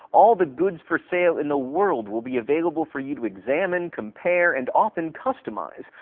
all the goods for sale in the world will be available for you to examine, compare, and often customize.